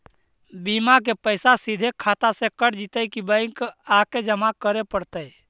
बिमा के पैसा सिधे खाता से कट जितै कि बैंक आके जमा करे पड़तै?